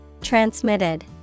Transmitted